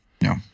No